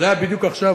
זה היה בדיוק עכשיו,